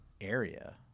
area